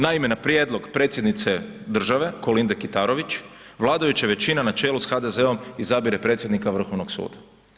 Naime na prijedlog Predsjednice države Kolinde Kitarović, vladajuća većina na čelu sa HDZ-om izabire predsjednik Vrhovnog suda.